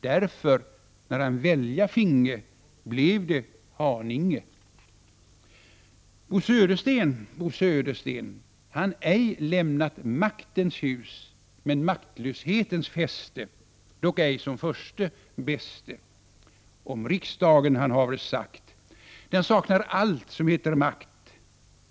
Därför, när han välja finge, blev det — Haninge! Bo Södersten, Bo Södersten han ej lämnat maktens hus men maktlöshetens fäste, dock ej som förste, bäste. Om riksdagen han haver sagt: — Den saknar allt som heter makt!